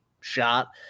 shot